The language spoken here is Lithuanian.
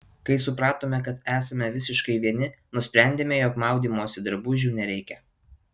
kai supratome kad esame visiškai vieni nusprendėme jog maudymosi drabužių nereikia